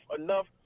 enough